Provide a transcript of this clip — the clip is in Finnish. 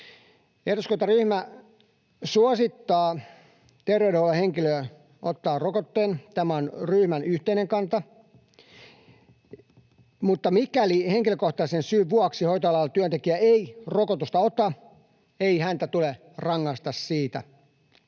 Eduskuntaryhmä suosittaa terveydenhuollon henkilöä ottamaan rokotteen — tämä on ryhmän yhteinen kanta — mutta mikäli henkilökohtaisen syyn vuoksi hoitoalan työntekijä ei rokotusta ota, ei häntä tule rangaista siitä päättämällä